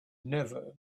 never